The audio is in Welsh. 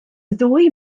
ddwy